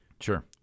Sure